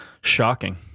Shocking